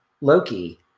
Loki